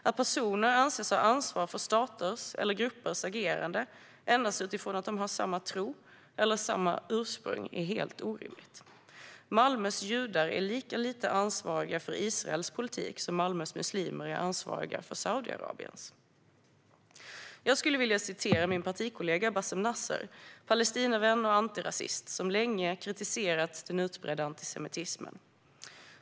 Att personer anses ha ansvar för staters eller gruppers agerande endast utifrån att de har samma tro eller samma ursprung är helt orimligt. Malmös judar är lika lite ansvariga för Israels politik som Malmös muslimer är ansvariga för Saudiarabiens. Jag skulle vilja citera min partikollega Bassem Nasr, Palestinavän och antirasist, som länge kritiserat den utbredda antisemitismen.